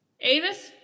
Avis